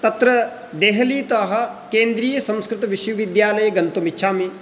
तत्र देहलीतः केन्द्रीयसंस्कृतविश्वविद्यालये गन्तुम् इच्छामि